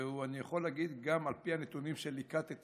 ואני יכול להגיד, גם על פי הנתונים שליקטתי